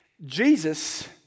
Jesus